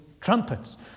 trumpets